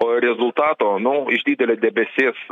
o rezultato nu iš didelio debesies